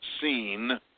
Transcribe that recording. seen